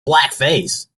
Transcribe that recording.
blackface